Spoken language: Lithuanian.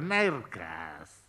na ir kas